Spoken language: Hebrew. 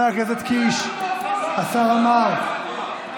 השר קארה,